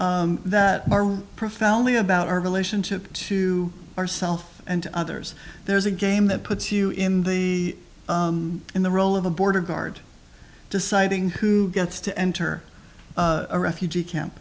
that are profoundly about our relationship to our self and others there's a game that puts you in the in the role of a border guard deciding who gets to enter a refugee camp